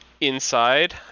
inside